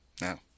no